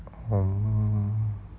um